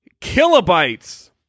kilobytes